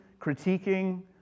critiquing